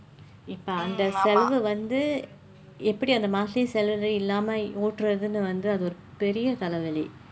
இப்போ அந்த செலவு வந்து எப்படி அந்த:ippoo andtha selavu vandthu eppadi andtha monthly salary இல்லாமல் ஓட்டுவதுனு வந்து அது ஒரு பெரிய தலைவலி:illaamal ootduvathunu vandthu athu oru periya thalaivali